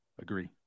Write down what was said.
agree